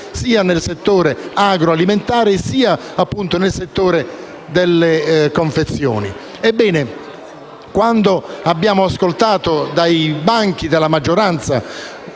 sia nel settore agroalimentare che nel settore delle confezioni. Abbiamo ascoltato dai banchi della maggioranza